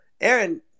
Aaron